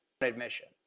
Admission